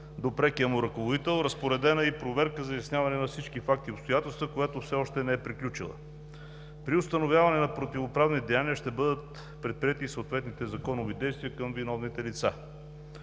до прекия му ръководител, разпоредена е и проверка за изясняване на всички факти и обстоятелства, която все още не е приключила. При установяване на противоправни деяния ще бъдат предприети съответните законови действия към виновните лица.